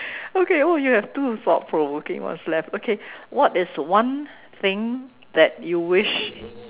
okay oh you have two thought provoking what's left okay what is one thing that you wish